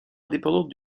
indépendante